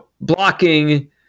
blocking